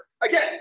again